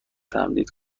تمدید